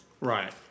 Right